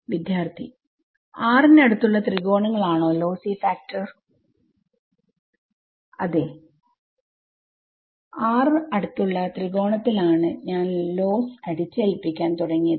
വിദ്യാർത്ഥി ന് അടുത്തുള്ള ത്രികോണങ്ങൾ ആണോ ലോസി ഫാക്ടർ അതെ അതെ അടുത്തുള്ള ത്രികോണത്തിൽ ആണ് ഞാൻ ലോസ്സ് അടിച്ചേൽപ്പിക്കാൻ തുടങ്ങിയത്